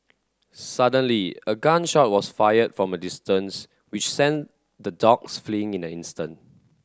suddenly a gun shot was fired from a distance which sent the dogs fleeing in an instant